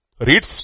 read